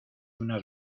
unas